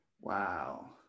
Wow